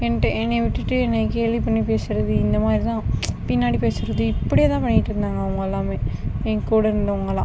என்ட என்னைய விட்டுவிட்டு என்னை கேலி பண்ணி பேசறது இந்தமாரிதான் பின்னாடி பேசறது இப்படியேதான் பண்ணிட்டு இருந்தாங்க எல்லாமே என் கூட இருந்தவங்கள்லாம்